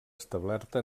establerta